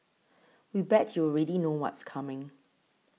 we bet you already know what's coming